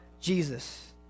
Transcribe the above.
jesus